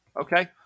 Okay